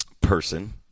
person